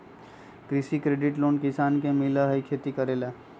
कृषि credit loan किसान के मिलहई खेती करेला?